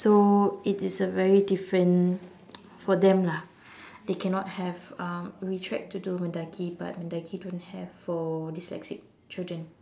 so it is a very different for them lah they cannot have um we tried to do Mendaki but Mendaki don't have for dyslexic children